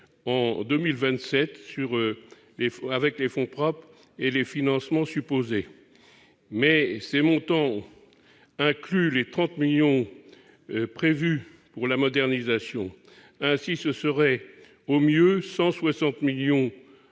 en 2027 avec les fonds propres et les cofinancements supposés. Mais ces montants incluent les 30 millions d'euros par an prévus pour la modernisation. Ainsi, en 2027, 160 millions